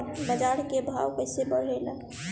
बाजार के भाव कैसे बढ़े ला?